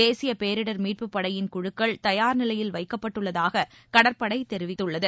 தேசிய பேரிடர் மீட்புப் படையின் குழுக்கள் தயார் நிலையில் வைக்கப்பட்டுள்ளதாக கடற்படை தெரிவித்துள்ளது